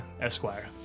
Esquire